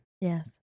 Yes